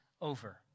over